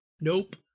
Nope